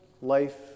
life